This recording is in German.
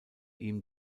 ihm